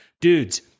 dudes